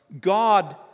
God